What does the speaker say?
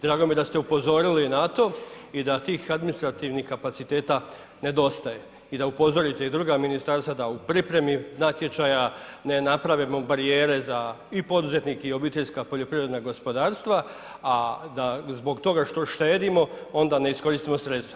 Drago mi je da ste upozorili na to i da tih administrativnih kapaciteta nedostaje i da upozorite i druga ministarstva da u pripremi natječaja ne napravimo barijere za i poduzetnike i obiteljska poljoprivredna gospodarstva, a da zbog toga što štedimo onda ne iskoristimo sredstva.